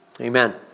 amen